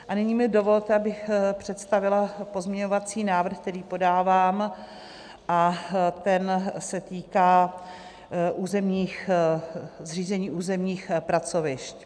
A nyní mi dovolte, abych představila pozměňovací návrh, který podávám, a ten se týká zřízení územních pracovišť.